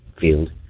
field